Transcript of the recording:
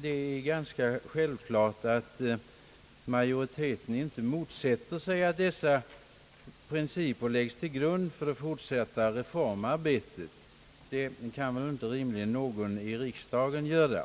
Det är ganska självklart att utskottsmajoriteten inte motsätter sig att dessa principer lägges till grund för det fortsatta reformarbetet. Det kan rimligen inte någon i riksdagen göra.